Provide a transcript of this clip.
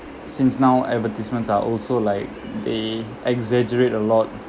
since now advertisements are also like they exaggerate a lot